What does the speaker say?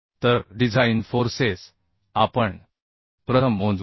तरडिझाइन forces आपण प्रथम मोजू